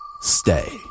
Stay